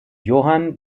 johann